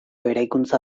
eraikuntza